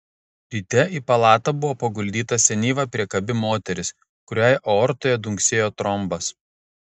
ryte į palatą buvo paguldyta senyva priekabi moteris kuriai aortoje dunksėjo trombas